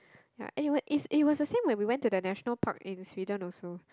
ya and it was is it was the same when we went to the National Park in Sweden also